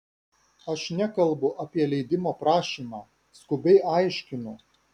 aš nekalbu apie leidimo prašymą skubiai aiškinu